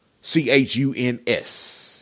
C-H-U-N-S